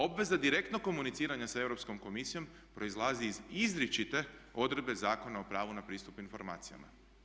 Obveze direktnog komuniciranja sa Europskom komisijom proizlazi iz izričite odredbe Zakona o pravu na pristup informacijama.